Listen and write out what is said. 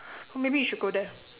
maybe you should go there